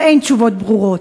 ואין תשובות ברורות.